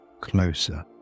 closer